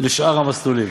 לשאר המסלולים,